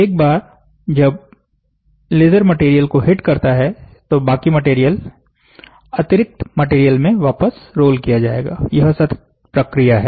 एक बार जब लेजर मटेरियल को हिट करता है तो बाकी मटेरियल अतिरिक्त मटेरियल में वापस रोल किया जाएगा यह सतत प्रक्रिया है